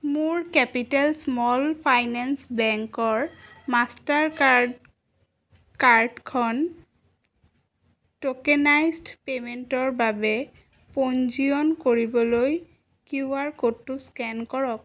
মোৰ capital small finance বেংকৰ master card কাৰ্ডখন ট'কেনাইজ্ড পে'মেণ্টৰ বাবে পঞ্জীয়ন কৰিবলৈ কিউআৰ ক'ডটো স্কেন কৰক